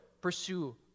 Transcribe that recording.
pursue